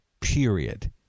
period